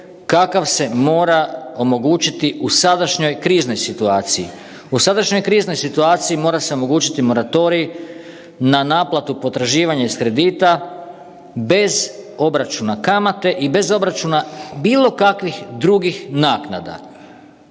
kakav se mora omogućiti u sadašnjoj kriznoj situaciji. U sadašnjoj kriznoj situaciji mora se omogućiti moratorij na naplatu potraživanja iz kredita bez obračuna kamate i bez obračuna bilo kakvih drugih naknada.